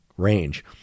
range